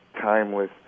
timeless